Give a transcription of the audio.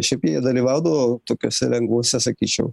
šiaip jie dalyvaudavo tokiose lengvose sakyčiau